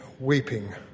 Weeping